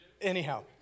Anyhow